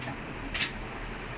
gone through the form